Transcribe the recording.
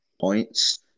points